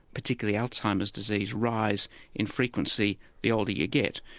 particularly alzheimer's disease, rise in frequency the older you get.